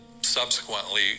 subsequently